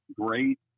great